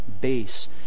base